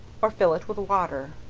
or fill it with water.